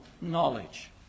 knowledge